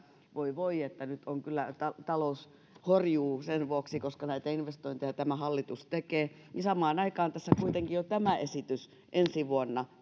voi voi nyt kyllä talous horjuu sen vuoksi että näitä investointeja tämä hallitus tekee samaan aikaan tässä kuitenkin jo tämä esitys ensi vuonna